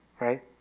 right